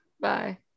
Bye